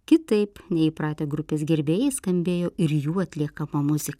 kitaip nei įpratę grupės gerbėjai skambėjo ir jų atliekama muzika